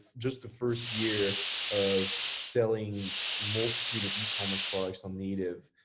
just the first year of selling multitude of ecommerce products on native,